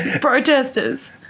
protesters